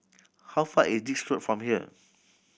how far is Dix Road from here